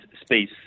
space